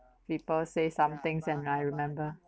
people say some things and I remember